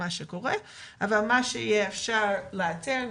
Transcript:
אבל מה שיהיה אפשרי לאתר,